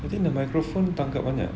I think the microphone tangkap banyak